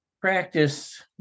practice